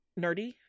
Nerdy